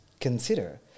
Consider